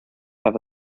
have